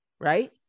right